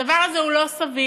הדבר הזה הוא לא סביר.